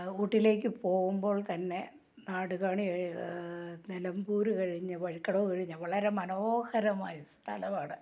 ഊട്ടിയിലേക്ക് പോകുമ്പോൾ തന്നെ നാടുകാണി നിലമ്പൂർ കഴിഞ്ഞ് വഴിക്കടവ് വഴി വളരെ മനോഹരമായ ഒരു സ്ഥലമാണ്